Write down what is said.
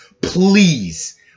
Please